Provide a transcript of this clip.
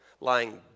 lying